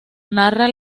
narra